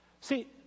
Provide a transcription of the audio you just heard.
See